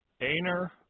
Aner